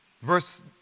Verse